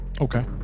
Okay